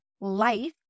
life